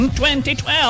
2012